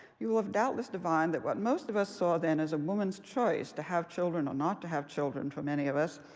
you have doubtless divined that what most of us saw then as a woman's choice to have children, or not to have children for many of us,